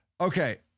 Okay